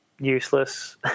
useless